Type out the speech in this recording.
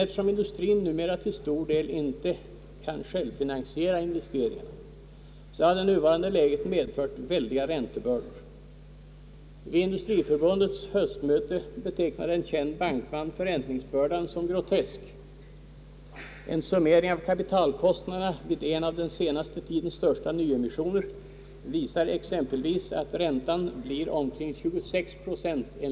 Eftersom industrien numera till stor del inte kan själv finansiera investeringarna så har det nuvarande läget medfört väldiga räntebördor. Vid Industriförbundets höstmöte betecknade en känd bankman förräntningsbör dan som grotesk. En summering av kapitalkostnaderna vid en av den senaste tidens största nyemissioner visar exempelvis att räntan blir omkring 26 procent.